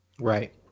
Right